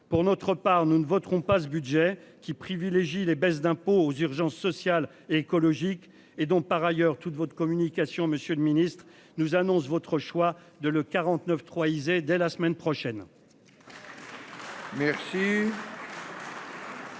Pour notre part, nous ne voterons pas ce budget qui privilégie les baisses d'impôts aux urgences sociales, écologiques et dont par ailleurs toute votre communication, Monsieur le Ministre nous annonce votre choix de le 49.3 Izé dès la semaine prochaine.